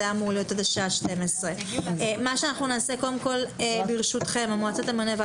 הדיון היה אמור להיות עד השעה 12:00. לגבי המועצה תמנה מועצה